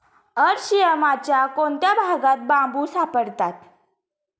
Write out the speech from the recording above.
अरशियामाच्या कोणत्या भागात बांबू सापडतात?